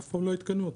אף פעם לא עדכנו אותן.